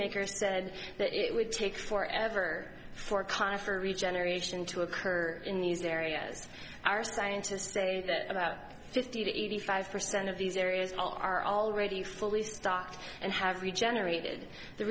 maker said that it would take for ever forecast for regeneration to occur in these areas our scientists say that about fifty to eighty five percent of these areas are already fully stocked and have regenerated the